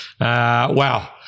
Wow